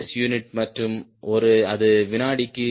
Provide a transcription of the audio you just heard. S unit மற்றும் அது வினாடிக்கு 994